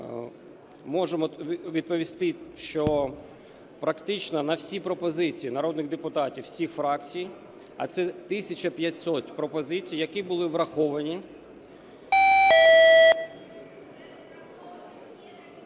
можемо відповісти, що практично на всі пропозиції народних депутатів всіх фракцій, а це 1 тисяча 500 пропозицій, які були враховані…